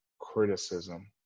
criticism